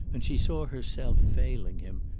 and she saw herself failing him,